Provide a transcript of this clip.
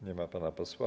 Nie ma pana posła.